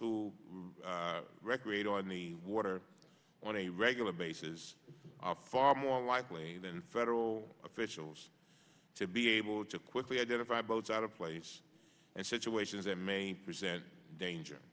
who recreate on the water on a regular bases are far more likely than federal officials to be able to quickly identify boats out of place and situations that may present danger